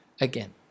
again